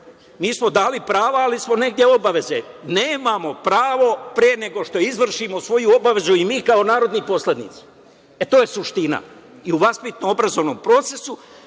Mi smo dali prava, ali smo negde i obaveze. Nemamo pravo pre nego što izvršimo svoju obavezu i mi kao narodni poslanici. E, to je suština i u vaspitno – obrazovnom procesu